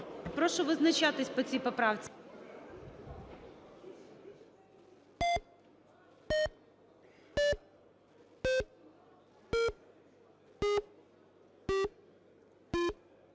Прошу визначатись по цій поправці.